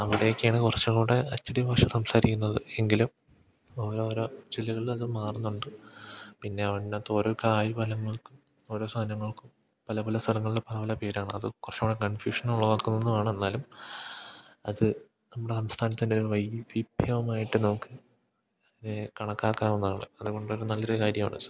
അവിടെയൊക്കെയാണ് കുറച്ചുംകൂടി അച്ചടി ഭാഷ സംസാരിക്കുന്നത് എങ്കിലും ഓരോരോ ജില്ലകളിൽ അത് മാറുന്നുണ്ട് പിന്നെ അവിടുത്തെ ഓരോ കായ് ഫലങ്ങൾക്കും ഓരോ സാധനങ്ങൾക്കും പല പല സ്ഥലങ്ങളിൽ പല പേരാണ് അത് കുറച്ചുംകൂടി കൺഫ്യൂഷൻ ഉളവാക്കുന്നൊന്നുമാണ് എന്നാലും അത് നമ്മുടെ സംസ്ഥാനത്തിൻ്റെ ഒരു വൈവിധ്യമായിട്ട് നമുക്ക് കണക്കാക്കാവുന്നതാണ് അതുകൊണ്ട് ഒരു നല്ലൊരു കാര്യമാണ് അത്